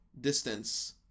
distance